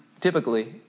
typically